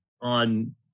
on